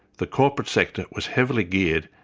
the corporate sector was heavily geared,